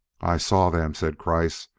i saw them, said kreiss,